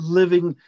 living